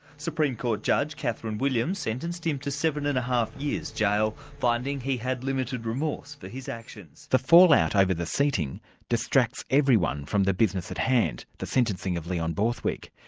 supreme court judge katharine williams sentenced him to seven and a half years jail, finding he had limited remorse for his actions. the fallout over the seating distracts everyone from the business at hand the sentencing of leon borthwick.